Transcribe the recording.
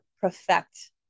perfect